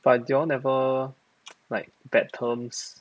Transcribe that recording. but you all never like bad terms